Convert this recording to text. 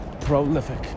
prolific